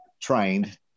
trained